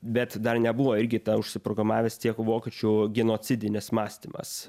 bet dar nebuvo irgi ta užsiprogramavęs tiek vokiečių genocidinis mąstymas